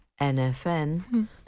NFN